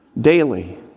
daily